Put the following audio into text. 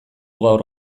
gaur